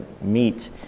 meet